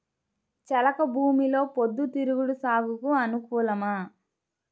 చెలక భూమిలో పొద్దు తిరుగుడు సాగుకు అనుకూలమా?